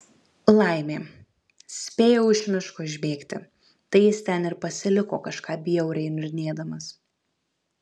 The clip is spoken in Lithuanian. laimė spėjau iš miško išbėgti tai jis ten ir pasiliko kažką bjauriai niurnėdamas